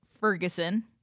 Ferguson